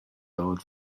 dauert